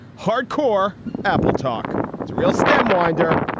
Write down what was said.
hardcore apple. talk to real stemwinder.